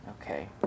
Okay